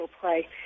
play